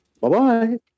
Bye-bye